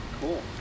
Cool